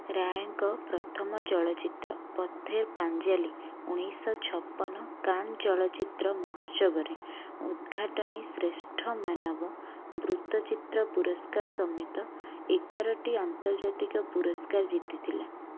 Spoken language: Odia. ରାୟଙ୍କ ପ୍ରଥମ ଚଳଚ୍ଚିତ୍ର ପଥେର୍ ପାଞ୍ଜାଲୀ ଉଣେଇଶ ଛପନ କାନ ଚଳଚ୍ଚିତ୍ର ମହୋତ୍ସବରେ ଉଦ୍ଘାଟନୀ ଶ୍ରେଷ୍ଠ ମାନବ ବୃତ୍ତଚିତ୍ର ପୁରସ୍କାର ସମେତ ଏଗାରଟି ଆନ୍ତର୍ଜାତିକ ପୁରସ୍କାର ଜିତିଥିଲା